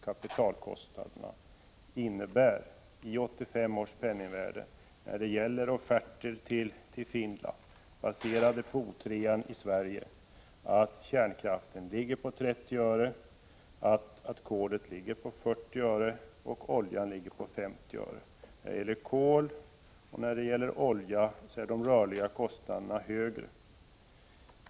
kapitalkostnader i 1985 års penningvärde och i offerter till Finland baserade på O 3 i Sverige innebär att kärnkraften kostar 30 öre, kolet 40 öre och oljan 50 öre per kWh. När det gäller kol och olja är de rörliga kostnaderna högre.